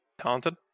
talented